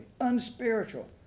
unspiritual